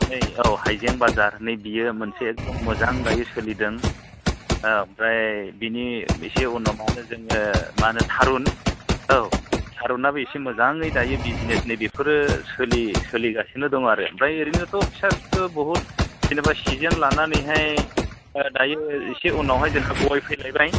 नै औ हाइजें बाजार नैबियो मोनसे एखदम मोजां दायो सोलिदों औ ओमफ्राय बेनि एसे उनावबानो जोङो मा होनो थारुन औ थारुनाबो एसे मोजाङै दायो बिज्सनेसनि बेफोरो सोलिगासिनो दं आरो ओमफ्राय ओरैनोथ' फिसा फिसौ बहुद जेनेबा सिजोन लानानैहाय दायो इसे उनावहाय जोंहा गय फैलायबाय